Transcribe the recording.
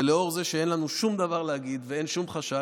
ולאור זה שאין לנו שום דבר להגיד ואין שום חשש,